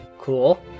Cool